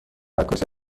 عکاسی